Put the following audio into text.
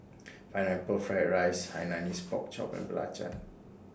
Pineapple Fried Rice Hainanese Pork Chop and Belacan